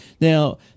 Now